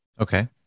Okay